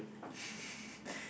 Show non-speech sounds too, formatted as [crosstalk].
[breath]